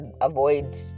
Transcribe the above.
avoid